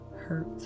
hurt